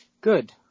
Good